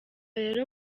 rero